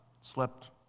slept